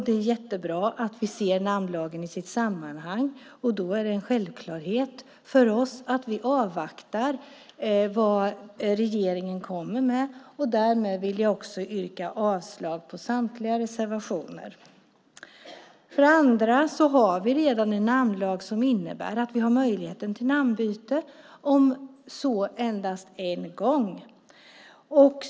Det är jättebra att vi ser namnlagen i sitt sammanhang. Då är det en självklarhet för oss att vi avvaktar vad regeringen kommer med. Därmed yrkar jag avslag på samtliga reservationer. För det andra ha vi redan en namnlag som innebär att vi har möjligheten till namnbyte, om så endast en gång.